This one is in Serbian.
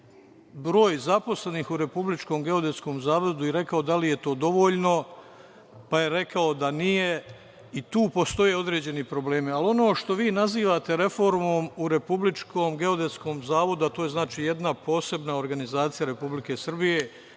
broj zaposlenih u Republičkom geodetskom zavodu i rekao da li je to dovoljno, pa je rekao da nije. I tu postoje određeni problemi. Ono što vi nazivate reformom u Republičkom geodetskom zavodu, a to je jedna posebna organizacija Republike Srbije